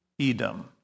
Edom